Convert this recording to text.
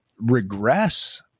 regress